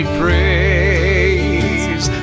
praise